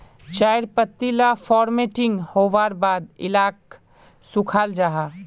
चायर पत्ती ला फोर्मटिंग होवार बाद इलाक सुखाल जाहा